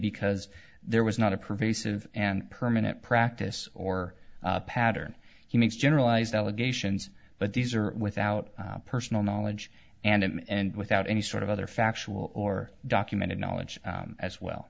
because there was not a pervasive and permanent practice or pattern he makes generalized allegations but these are without personal knowledge and without any sort of other factual or documented knowledge as well